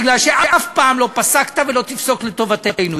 מפני שאף פעם לא פסקת ולא תפסוק לטובתנו.